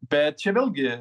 bet čia vėlgi